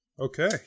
Okay